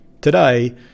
Today